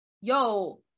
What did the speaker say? yo